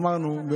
אמרנו,